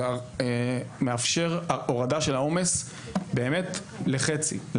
זה מאפשר הורדת העומס באמת לחצי,